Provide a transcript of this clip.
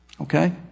Okay